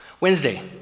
Wednesday